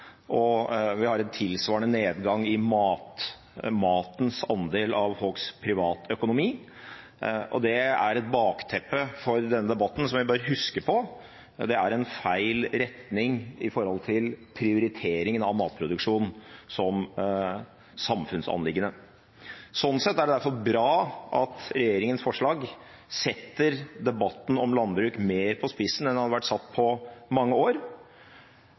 og vi har en tilsvarende nedgang i matens andel av folks privatøkonomi. Det er et bakteppe for denne debatten som vi bør huske på. Det er en feil retning med tanke på prioriteringen av matproduksjon som samfunnsanliggende. Slik sett er det i hvert fall bra at regjeringens forslag setter debatten om landbruk mer på spissen enn det man har gjort på mange år,